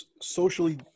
socially